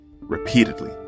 repeatedly